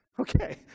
Okay